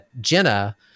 Jenna